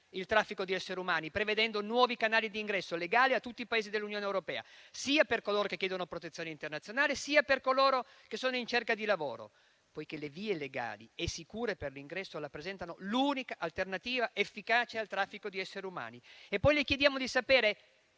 il traffico di esseri umani, prevedendo nuovi canali di ingresso legale in tutti i Paesi dell'Unione europea, sia per coloro che chiedono protezione internazionale, sia per coloro che sono in cerca di lavoro, poiché le vie legali e sicure per l'ingresso rappresentano l'unica alternativa efficace al traffico di esseri umani. Poi le chiediamo di sapere